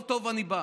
טוב, טוב, אני בא.